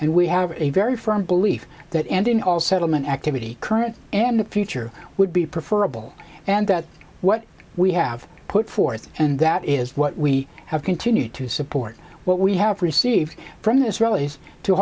and we have a very firm belief that and in all settlement activity current and future would be preferable and that what we have put forth and that is what we have continued to support what we have received from israelis to